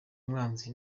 umwanzi